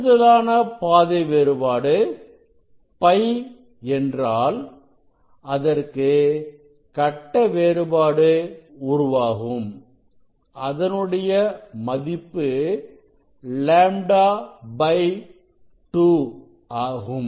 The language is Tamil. கூடுதலான பாதை வேறுபாடு phi என்றாள் அதற்கு கட்ட வேறுபாடு உருவாகும் அதனுடைய மதிப்பு λ 2 ஆகும்